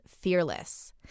fearless